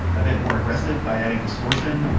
a bit more aggressive by adding distortion,